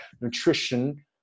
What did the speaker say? nutrition